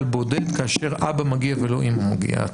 בודד כאשר אבא מגיע ולא אמא מגיעה,